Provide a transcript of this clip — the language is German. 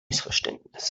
missverständnis